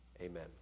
amen